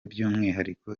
by’umwihariko